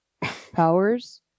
Powers